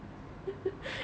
oh